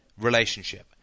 relationship